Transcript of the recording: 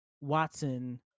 Watson